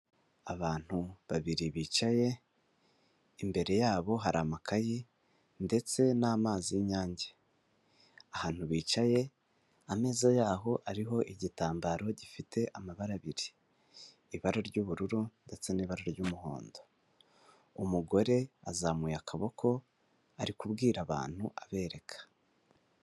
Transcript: Abantu babiri bicaye imbere yabo hari amakayi ndetse n'amazi y'inyange, ahantu bicaye ameza yaho ariho igitambaro gifite amabara abiri ibara ry'ubururu ndetse n'ibara ry'umuhondo. Umugore azamuye akaboko ari kubwira abantu abereka.